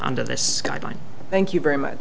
under this guideline thank you very much